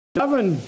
seven